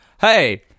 Hey